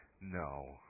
no